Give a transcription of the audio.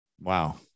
Wow